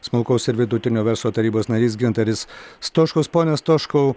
smulkaus ir vidutinio verslo tarybos narys gintaris stoškus pone stoškau